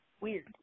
Weird